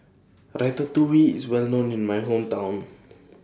Ratatouille IS Well known in My Hometown